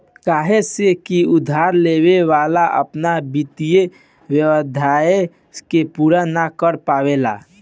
काहे से की उधार लेवे वाला अपना वित्तीय वाध्यता के पूरा ना कर पावेला